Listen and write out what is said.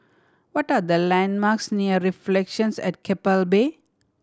what are the landmarks near Reflections at Keppel Bay